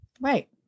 Right